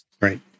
Right